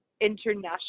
international